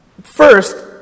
first